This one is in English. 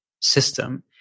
system